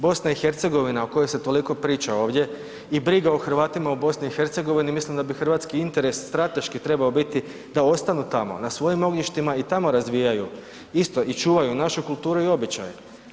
BiH o kojoj se toliko priča ovdje i briga o Hrvatima u BiH mislim da bi hrvatski interes strateški trebao biti da ostanu tamo na svojim ognjištima i tamo razvijaju isto i čuvaju našu kulturu i običaje.